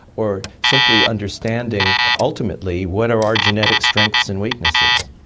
or simply understanding ultimately what are genetic strengths and weaknesses.